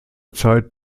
zeit